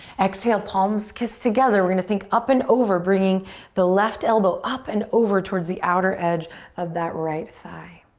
exhale, palms kiss together. we're gonna think up and over, bringing the left elbow up and over towards the outer edge of that right thigh.